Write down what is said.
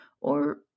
Or